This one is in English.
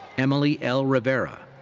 emily l. rivera.